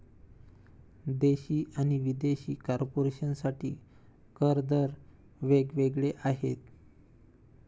देशी आणि विदेशी कॉर्पोरेशन साठी कर दर वेग वेगळे आहेत